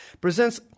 presents